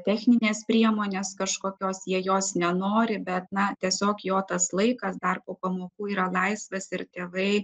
techninės priemonės kažkokios jie jos nenori bet na tiesiog jo tas laikas dar po pamokų yra laisvas ir tėvai